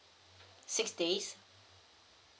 six days